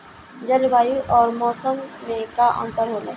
जलवायु और मौसम में का अंतर होला?